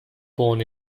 born